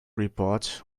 report